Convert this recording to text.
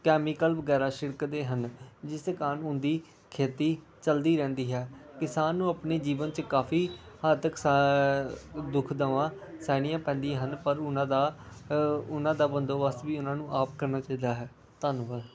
chemical ਵਗੈਰਾ ਛਿੜਕਦੇ ਹਨ ਜਿਸ ਦੇ ਕਾਰਨ ਉਹਨਾਂ ਦੀ ਖੇਤੀ ਚਲਦੀ ਰਹਿੰਦੀ ਹੈ ਕਿਸਾਨ ਨੂੰ ਆਪਣੇ ਜੀਵਨ 'ਚ ਕਾਫੀ ਹੱਦ ਤੱਕ ਸਾ ਦੁੱਖ ਦਵਾਂ ਸਹਿਣੀਆਂ ਪੈਂਦੀਆਂ ਹਨ ਪਰ ਉਹਨਾਂ ਦਾ ਉਹਨਾਂ ਦਾ ਬੰਦੋਬਸਤ ਵੀ ਉਹਨਾਂ ਨੂੰ ਆਪ ਕਰਨਾ ਚਾਹੀਦਾ ਹੈ ਧੰਨਵਾਦ